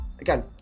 again